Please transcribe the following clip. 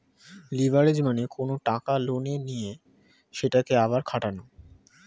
leverage মানে কোনো টাকা লোনে নিয়ে সেটাকে আবার খাটানো